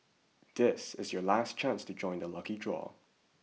this is your last chance to join the lucky draw